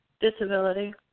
disability